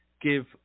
give